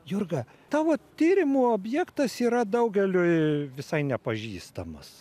jurga tavo tyrimo objektas yra daugeliui visai nepažįstamas